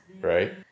right